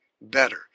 better